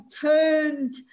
turned